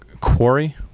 quarry